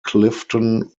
clifton